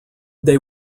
they